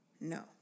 no